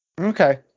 Okay